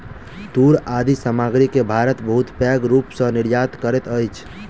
तूर आदि सामग्री के भारत बहुत पैघ रूप सॅ निर्यात करैत अछि